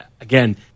again